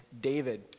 David